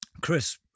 Chris